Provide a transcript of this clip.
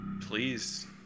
Please